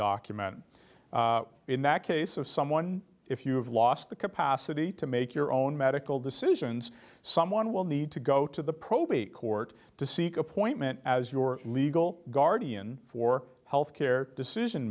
document in that case of someone if you have lost the capacity to make your own medical decisions someone will need to go to the probate court to seek appointment as your legal guardian for health care decision